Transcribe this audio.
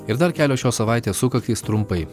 ir dar kelios šios savaitės sukaktys trumpai